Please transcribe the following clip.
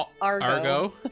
Argo